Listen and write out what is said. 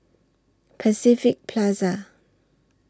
Pacific Plaza